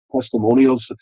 testimonials